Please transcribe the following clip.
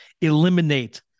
eliminate